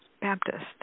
Baptist